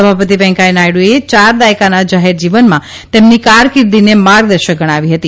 સભાપતિવેકૈયાહ નાયડુએ ચાર દાયકાના જાહેર જીવનમાં તેમની કારકરિ્દીને માર્ગદર્શશ્કણાવી હતી